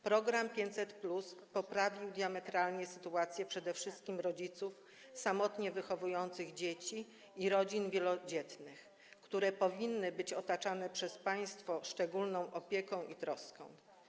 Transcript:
Program 500+ diametralnie poprawił sytuację przede wszystkim rodziców samotnie wychowujących dzieci i rodzin wielodzietnych, które powinny być otaczane przez państwo szczególną opieką i troską.